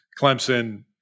Clemson